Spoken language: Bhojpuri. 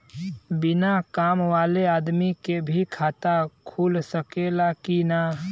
बिना काम वाले आदमी के भी खाता खुल सकेला की ना?